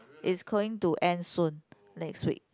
it's going to end soon next week